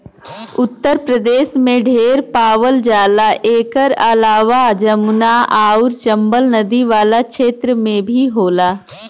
उत्तर प्रदेश में ढेर पावल जाला एकर अलावा जमुना आउर चम्बल नदी वाला क्षेत्र में भी होला